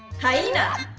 hyena,